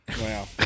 Wow